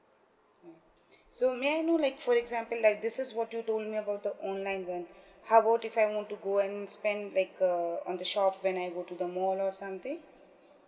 mm so may I know like for example like this is what you told me about the online one how about if I want to go and spend like uh on the shop when I go to the mall or something